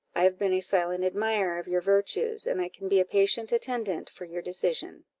i have been a silent admirer of your virtues, and i can be a patient attendant for your decision.